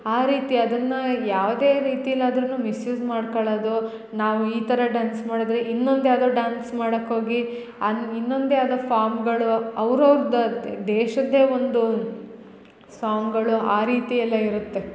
ಆ ರೀತಿಯ ಅದನ್ನ ಯಾವುದೇ ರೀತಿ ಆದ್ರೂ ಮಿಸ್ಯೂಸ್ ಮಾಡ್ಕಳದು ನಾವು ಈ ಥರ ಡಾನ್ಸ್ ಮಾಡಿದ್ರೆ ಇನ್ನೊಂದು ಯಾವುದೋ ಡಾನ್ಸ್ ಮಾಡಕ್ಕೆ ಹೋಗಿ ಅನ್ ಇನ್ನೊಂದು ಯಾವುದೋ ಫಾಮ್ಗಳು ಅವ್ರು ಅವ್ರ್ದ ದೇಶದ್ದೆ ಒಂದು ಸಾಂಗ್ಗಳು ಆ ರೀತಿ ಎಲ್ಲ ಇರುತ್ತೆ